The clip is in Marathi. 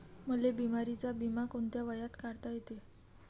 मले बिमारीचा बिमा कोंत्या वयात काढता येते?